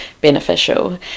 beneficial